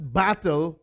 battle